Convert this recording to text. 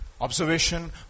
Observation